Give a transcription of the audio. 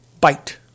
bite